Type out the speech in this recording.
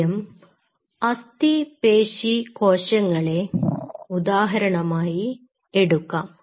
ആദ്യം അസ്ഥിപേശി കോശങ്ങളെ ഉദാഹരണമായി എടുക്കാം